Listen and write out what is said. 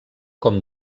com